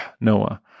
Noah